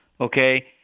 Okay